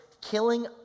killing